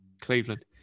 Cleveland